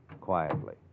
quietly